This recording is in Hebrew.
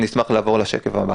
אשמח לעבור לשקף הבא.